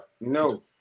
no